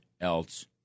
else